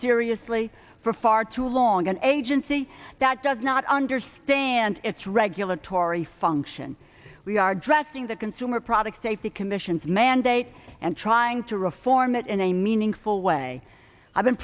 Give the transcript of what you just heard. seriously for far too long an agency that does not understand its regulatory function we are addressing the consumer product safety commission mandate and trying to reform it in a meaningful way i've been